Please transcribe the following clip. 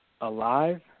alive